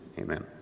Amen